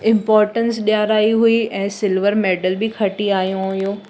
impotence ॾियाराई हुई ऐं सिल्वर मेडल बि खटी आयूं हुयूं